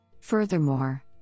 Furthermore